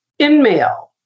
InMail